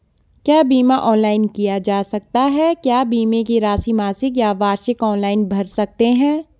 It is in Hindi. क्या बीमा ऑनलाइन किया जा सकता है क्या बीमे की राशि मासिक या वार्षिक ऑनलाइन भर सकते हैं?